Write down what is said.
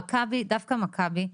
מכבי ודווקא מכבי,